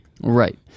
Right